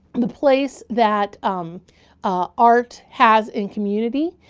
the place that art has in community.